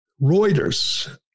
Reuters